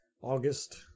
august